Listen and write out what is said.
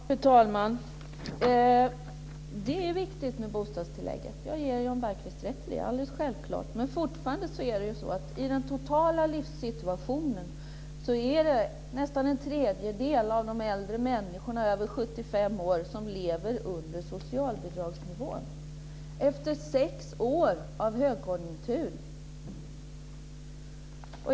Fru talman! Det är viktigt med bostadstillägget, det har Jan Bergqvist alldeles rätt i. Men i den totala livssituationen är det fortfarande nästan en tredjedel av de äldre över 75 år som lever under socialbidragsnivån, och detta efter sex år av högkonjunktur.